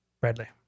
Bradley